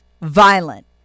Violent